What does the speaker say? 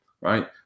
right